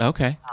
Okay